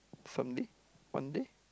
some day one day